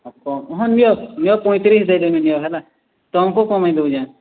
ହଁ ନିଅ ନିଅ ପଞ୍ଚ ତିରିଶ୍ ଦେଇ ଦେମି ନିଅ ହେଲା ତମ୍କୁ କମେଇ ଦେଉଚେଁ